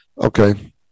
okay